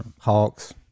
Hawks